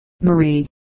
Marie